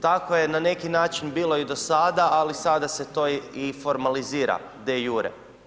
Tako je na neki način bilo i dosada ali sada se to i formalizira de iure.